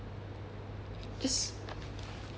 just